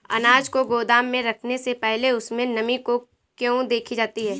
अनाज को गोदाम में रखने से पहले उसमें नमी को क्यो देखी जाती है?